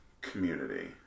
community